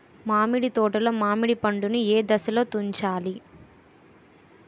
మామిడి తోటలో మామిడి పండు నీ ఏదశలో తుంచాలి?